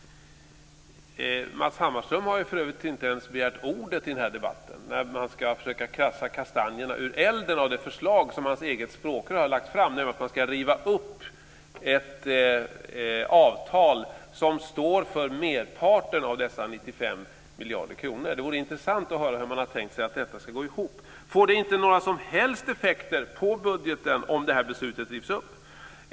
Matz Hammarström har för övrigt inte ens begärt ordet i den här debatten där man ska försöka kratsa kastanjerna ur elden när det gäller det förslag som hans eget språkrör har lagt fram, nämligen att man ska riva upp ett avtal som står för merparten av dessa 95 miljarder kronor. Det vore intressant att höra hur man har tänkt sig att detta ska gå ihop. Får det inte några som helst effekter på budgeten om det här beslutet rivs upp?